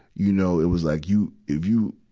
you know. it was like you, if you,